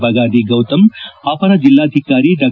ಬಗಾದಿ ಗೌತಮ್ ಅಪರ ಜೆಲ್ಲಾಧಿಕಾರಿ ಡಾ